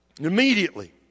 Immediately